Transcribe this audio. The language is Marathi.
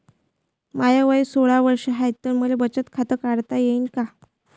माय वय सोळा वर्ष हाय त मले बचत खात काढता येईन का?